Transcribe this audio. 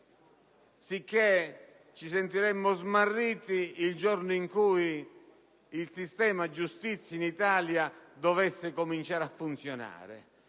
sicché ci sentiremmo smarriti il giorno in cui il sistema giustizia in Italia dovesse cominciare a funzionare;